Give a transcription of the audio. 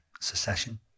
secession